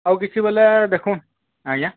ଆଉ କିଛି ବୋଲେ ଦେଖୁ ଆଜ୍ଞା